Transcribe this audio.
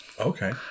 Okay